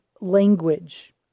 language